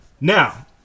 Now